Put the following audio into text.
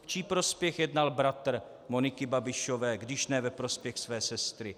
V čí prospěch jednal bratr Moniky Babišové, když ne ve prospěch své sestry?